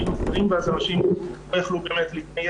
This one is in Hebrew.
באים הסגרים ואז אנשים לא יכלו להתנייד